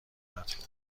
بود